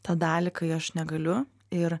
tą dalį kai aš negaliu ir